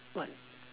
what